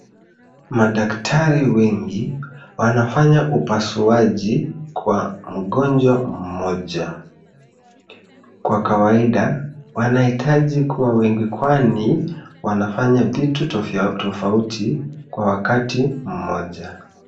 Madaktari wengi wanafanya upasuaji kwa mgonjwa mmoja. Kwa kawaida wanahitaji kuwa wengi kwani wanafanya vitu tofauti kwa wakati mmoja.